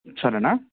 సరేనా